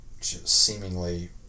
seemingly